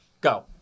Go